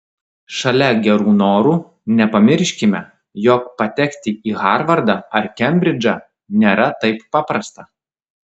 šalia gerų norų nepamirškime jog patekti į harvardą ar kembridžą nėra taip paprasta